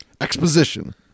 Exposition